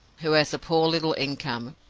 who has a poor little income,